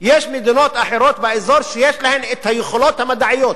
יש מדינות אחרות באזור שיש להן היכולות המדעיות,